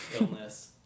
illness